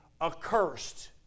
accursed